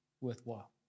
worthwhile